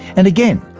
and again,